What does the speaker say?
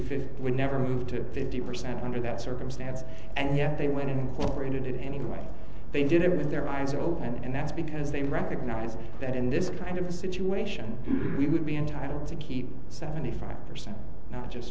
fifth would never move to fifty percent under that circumstance and yet they went and did it anyway they did it with their eyes open and that's because they recognize that in this kind of situation we would be entitled to keep seventy five percent not just